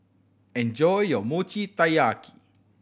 enjoy your Mochi Taiyaki